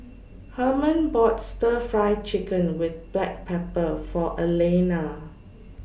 Herman bought Stir Fry Chicken with Black Pepper For Alayna